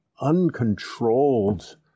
uncontrolled